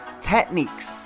techniques